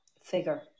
figure